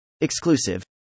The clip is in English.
Exclusive